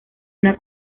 una